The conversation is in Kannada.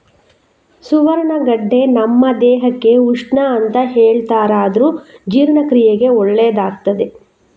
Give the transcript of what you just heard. ಸುವರ್ಣಗಡ್ಡೆ ನಮ್ಮ ದೇಹಕ್ಕೆ ಉಷ್ಣ ಅಂತ ಹೇಳ್ತಾರಾದ್ರೂ ಜೀರ್ಣಕ್ರಿಯೆಗೆ ಒಳ್ಳೇದಾಗ್ತದೆ